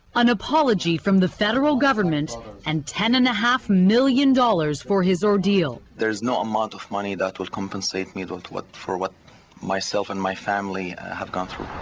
an apology from the federal government and ten and a half million dollars for his ordeal. there is now amount of money that would compensate me like for what myself and my family have gone through.